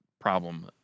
problem